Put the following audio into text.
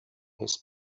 his